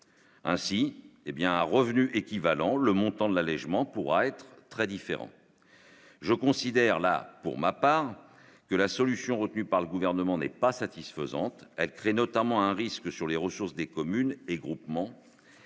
bien à revenus équivalents, le montant de l'allégement pourra être très différent, je considère la pour ma part, que la solution retenue par le gouvernement n'est pas satisfaisante, elle crée notamment un risque sur les ressources des communes et groupements,